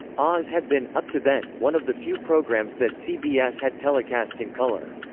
oz had been, up to then, one of the few programs that cbs had telecast in color.